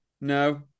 No